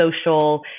social